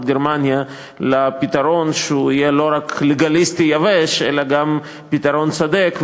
גרמניה לפתרון שיהיה לא רק לגליסטי יבש אלא גם פתרון צודק,